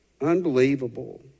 Unbelievable